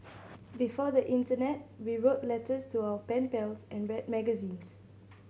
before the internet we wrote letters to our pen pals and read magazines